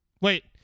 Wait